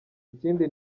ikindi